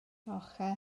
ochr